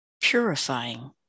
purifying